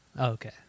Okay